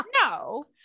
no